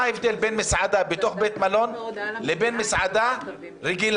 מה ההבדל בין מסעדה בתוך בית מלון לבין מסעדה רגילה?